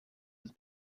und